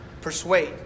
persuade